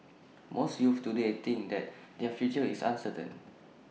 most youths today think that their future is uncertain